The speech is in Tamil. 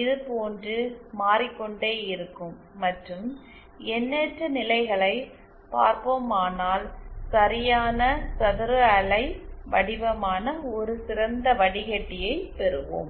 இதுபோன்று மாறிக்கொண்டே இருக்கும் மற்றும் எண்ணற்ற நிலைகளைப் பார்ப்போமானால் சரியான சதுர அலை வடிவமான ஒரு சிறந்த வடிகட்டியைப் பெறுவோம்